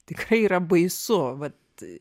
tikrai yra baisu vat